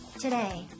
Today